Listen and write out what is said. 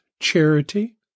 charity